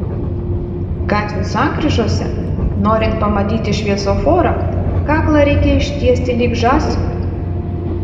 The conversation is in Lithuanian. gatvių sankryžose norint pamatyti šviesoforą kaklą reikia ištiesti lyg žąsinui